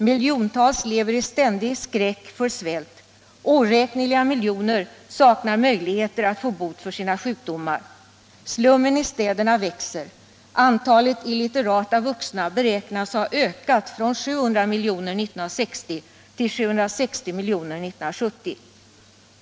Miljontals lever i ständig skräck för svält och oräkneliga miljoner saknar möjligheter att få bot för sina sjukdomar. Slummen i städerna växer. Antalet illitterata vuxna beräknas ha ökat från 700 miljoner 1960 till 760 miljoner 1970.